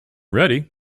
ready